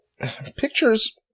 pictures